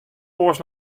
oars